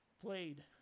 played